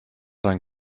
dann